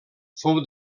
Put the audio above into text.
fou